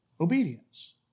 obedience